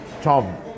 Tom